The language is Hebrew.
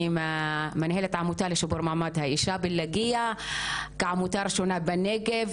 אני ממנהלת העמותה לשיפור מעמד האישה "לקיה" כעמותה ראשונה בנגב,